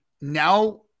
now